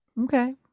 okay